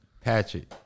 Patrick